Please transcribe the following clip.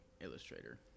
illustrator